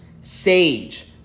sage